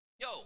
Yo